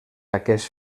aquests